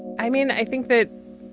i mean i think that